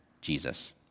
Jesus